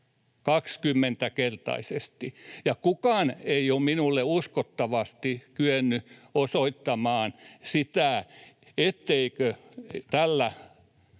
oikein, 20-kertaisesti — ja kukaan ei ole minulle uskottavasti kyennyt osoittamaan sitä, etteikö tällä